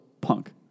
punk